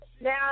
now